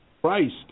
Christ